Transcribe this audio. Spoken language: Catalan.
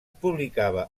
publicava